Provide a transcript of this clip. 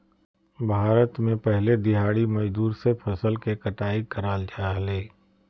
भारत में पहले दिहाड़ी मजदूर से फसल के कटाई कराल जा हलय